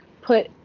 put